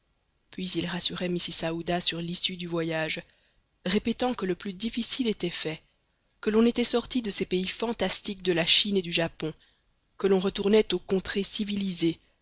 puis il rassurait mrs aouda sur l'issue du voyage répétant que le plus difficile était fait que l'on était sorti de ces pays fantastiques de la chine et du japon que l'on retournait aux contrées civilisées